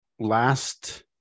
Last